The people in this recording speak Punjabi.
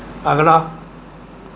ਅਗਲਾ